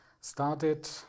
Started